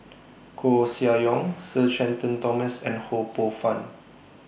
Koeh Sia Yong Sir Shenton Thomas and Ho Poh Fun